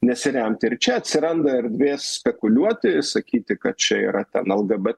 nesiremti ir čia atsiranda erdvės spekuliuoti sakyti kad čia yra ta nauda bet